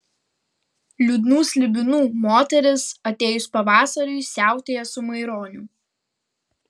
liūdnų slibinų moteris atėjus pavasariui siautėja su maironiu